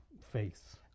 face